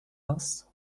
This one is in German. hast